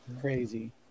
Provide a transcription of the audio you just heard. Crazy